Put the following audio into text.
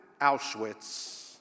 Auschwitz